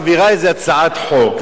עד שש"ס מעבירה איזה הצעת חוק,